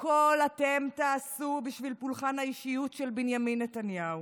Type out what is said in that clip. הכול אתם תעשו בשביל פולחן האישיות של בנימין נתניהו,